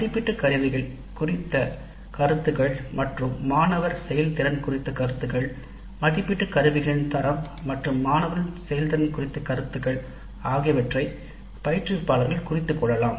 மதிப்பீட்டு கருவிகள் குறித்த கருத்துகள் மற்றும் மாணவர் செயல்திறன் குறித்த கருத்துகள் மதிப்பீட்டு கருவிகளின் தரம் மற்றும் மாணவர் செயல்திறன் குறித்த கருத்துகள் ஆகியவற்றை பயிற்றுவிப்பாளர்கள் குறித்துக் கொள்ளலாம்